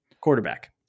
quarterback